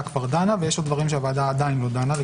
דנה ויש דברים שהוועדה עדיין לא דנה.